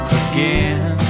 again